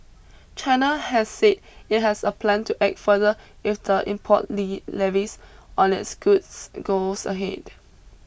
China has said it has a plan to act further if the import Lee levies on its goods goes ahead